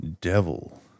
Devil